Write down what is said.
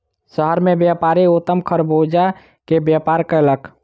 शहर मे व्यापारी उत्तम खरबूजा के व्यापार कयलक